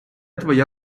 твоя